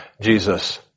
Jesus